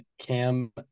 Cam